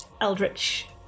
Eldritch